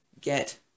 get